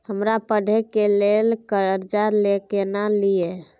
हमरा पढ़े के लेल कर्जा केना लिए?